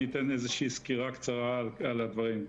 אני אתן איזושהי סקירה קצרה על הדברים.